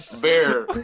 Bear